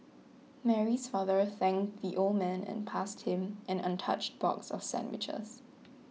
Mary's father thanked the old man and passed him an untouched box of sandwiches